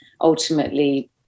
ultimately